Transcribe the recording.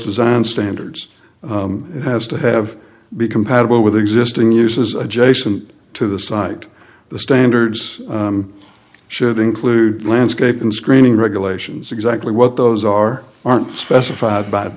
design standards it has to have be compatible with existing uses adjacent to the site the standards should include landscape and screening regulations exactly what those are are not specified by